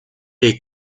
les